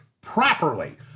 properly